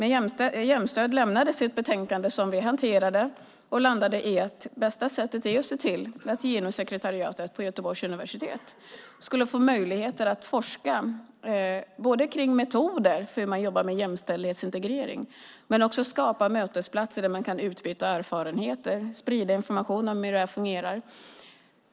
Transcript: Jämstöd lämnade sitt betänkande som vi hanterade. Det landade i att bästa sättet var att se till att Genussekretariatet på Göteborgs universitet skulle få möjligheter att forska kring metoder för hur man jobbar med jämställdhetsintegrering men också skapa mötesplatser där man kan utbyta erfarenheter och sprida information om hur det fungerar.